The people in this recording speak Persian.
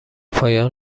پایان